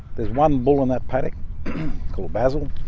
there's one bull in that paddock called basil,